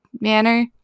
manner